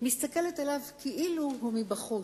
מסתכלת עליו כאילו מבחוץ.